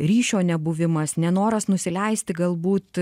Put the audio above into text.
ryšio nebuvimas nenoras nusileisti galbūt